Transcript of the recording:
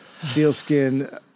sealskin